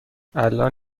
الان